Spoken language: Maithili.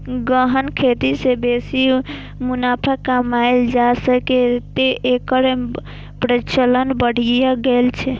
गहन खेती सं बेसी मुनाफा कमाएल जा सकैए, तें एकर प्रचलन बढ़ि गेल छै